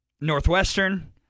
Northwestern